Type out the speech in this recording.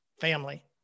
family